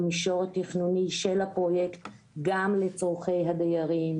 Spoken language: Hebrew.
במישור התכנוני של הפרויקט גם לצורכי הדיירים.